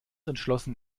entschlossen